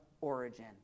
origin